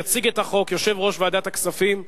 יציג את החוק יושב-ראש ועדת הכספים,